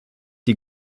die